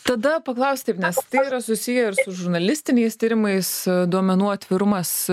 tada paklausiu taip nes tai yra susiję ir su žurnalistiniais tyrimais duomenų atvirumas